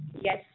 Yes